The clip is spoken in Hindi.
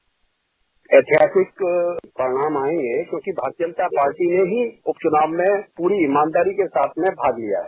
बाइट ऐतिहासिक परिणाम आयेंगे क्योंकि भारतीय जनता पार्टी ने ही उप चूनाव में पूरी ईमानदारी के साथ भाग लिया है